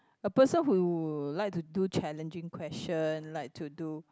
a person who like to do challenging question like to do